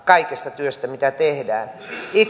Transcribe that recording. kaikesta työstä mitä tehdään